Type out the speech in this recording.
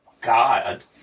God